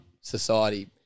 society